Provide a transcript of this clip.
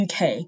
UK